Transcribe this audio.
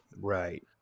Right